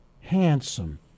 Handsome